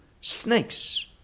snakes